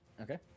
okay